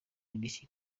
indishyi